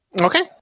Okay